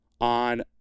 on